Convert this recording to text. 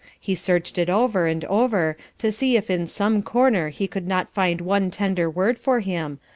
he searched it over and over to see if in some corner he could not find one tender word for him,